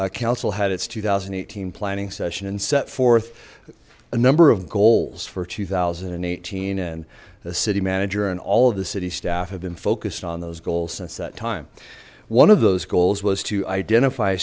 council had its two thousand and eighteen planning session and set forth a number of goals for two thousand and eighteen and the city manager and all of the city staff have been focused on those goals since that time one of those goals was to identify